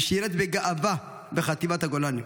ושירת בגאווה בחטיבת גולני.